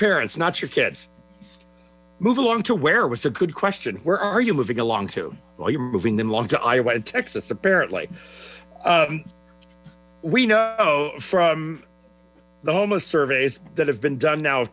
parents not your kids move along to where was a good question where are you moving alng to while you're moving them long to iowa to texas apparently we know from the homeless surveys that have been done now